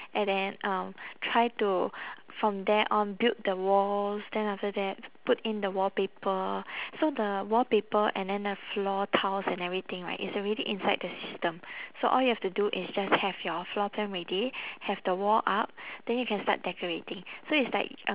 and then um try to from there on build the walls then after that put in the wallpaper so the wallpaper and then the floor tiles and everything right it's already inside the system so all you have to do is just have your floor plan ready have the wall art then you can start decorating so it's like um